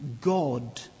God